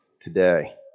Today